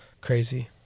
crazy